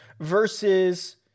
versus